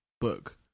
book